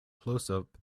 closeup